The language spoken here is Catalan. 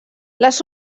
les